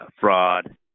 fraud